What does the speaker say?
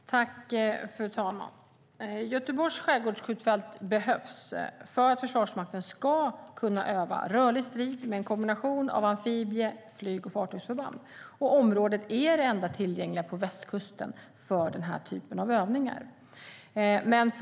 Fru talman! Göteborgs skärgårdsskjutfält behövs för att Försvarsmakten ska kunna öva rörlig strid med en kombination av amfibie-, flyg och fartygsförband. Området är det enda tillgängliga på västkusten för den här typen av övningar.